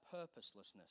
purposelessness